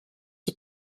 his